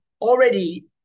already